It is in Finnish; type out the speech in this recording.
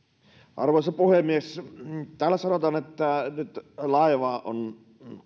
arvoisa puhemies täällä sanotaan että nyt laiva on